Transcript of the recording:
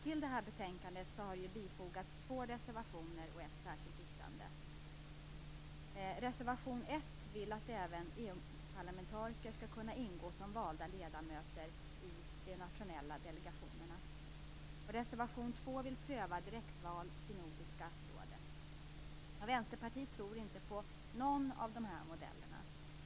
Till betänkandet har fogats två reservationer och ett särskilt yttrande. parlamentariker skall kunna ingå som valda ledamöter i de nationella delegationerna. I reservation 2 vill man pröva direktval till Nordiska rådet. Vänsterpartiet tror inte på någon av modellerna.